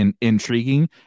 intriguing